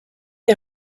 est